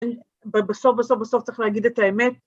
בסוף, בסוף, בסוף צריך להגיד את האמת.